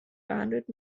behandelt